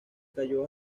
cayó